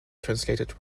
translated